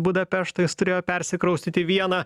budapešto jis turėjo persikraustyt į vieną